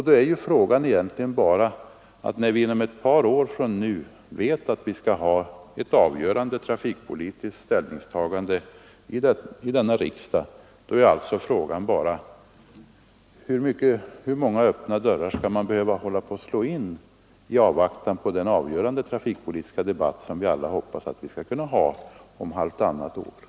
När vi vet att vi inom ett par år från nu får ett avgörande trafikpolitiskt ställningstagande i riksdagen är frågan egentligen bara: Hur många öppna dörrar skall man slå in i avvaktan på den avgörande trafikpolitiska debatt som vi alla hoppas kunna ha om halvtannat år?